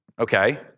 Okay